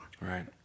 Right